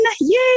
Yay